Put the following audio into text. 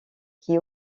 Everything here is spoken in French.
qui